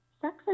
sex